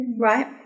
right